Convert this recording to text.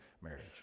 marriage